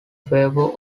favour